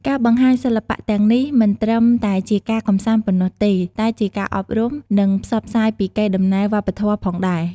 ការបង្ហាញសិល្បៈទាំងនេះមិនត្រឹមតែជាការកម្សាន្តប៉ុណ្ណោះទេ តែជាការអប់រំ និងផ្សព្វផ្សាយពីកេរដំណែលវប្បធម៌ផងដែរ។